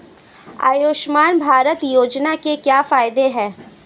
आयुष्मान भारत योजना के क्या फायदे हैं?